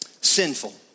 sinful